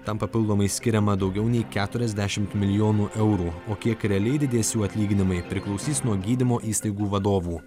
tam papildomai skiriama daugiau nei keturiasdešimt milijonų eurų o kiek realiai didės jų atlyginimai priklausys nuo gydymo įstaigų vadovų